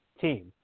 team